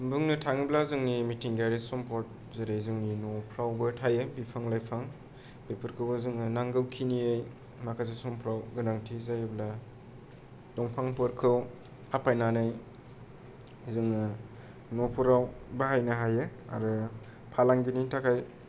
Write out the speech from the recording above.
बुंनो थाङोब्ला जोंनि मिथिंगायारि सम्पद जेरै जोंनि न'फ्रावबो थायो बिफां लाइफां बेफोरखौबो जोंनि नांगौखिनियै माखासे समफ्राव गोनांथि जायोब्ला दंफांफोरखौ हाफायनानै जोङो न'फोराव बाहायनो हायो आरो फालांगिनि थाखाय